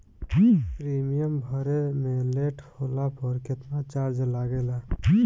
Premium भरे मे late होला पर केतना चार्ज लागेला?